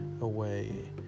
away